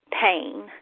pain